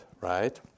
right